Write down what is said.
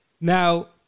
Now